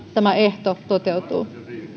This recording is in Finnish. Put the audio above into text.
tämä ehto kuusi kuukautta toteutuu